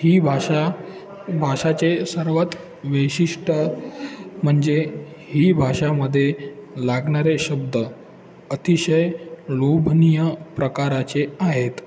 ही भाषा भाषाचे सर्वात वैशिष्ट्य म्हणजे ही भाषामध्ये लागणारे शब्द अतिशय लोभनीय प्रकाराचे आहेत